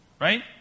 right